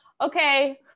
okay